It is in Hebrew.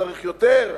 צריך יותר,